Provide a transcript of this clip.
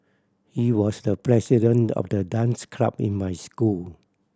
he was the president of the dance club in my school